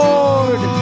Lord